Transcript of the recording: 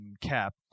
Cap